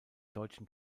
deutschen